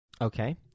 Okay